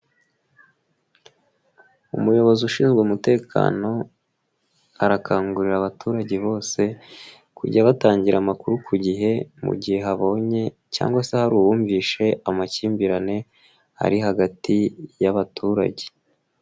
Umuyobozi ushinzwe umutekano arakangurira abaturage bose kujya batangira amakuru ku gihe mu gihe abonye cyangwa se hari uwumvishe amakimbirane ari hagati y'abaturage.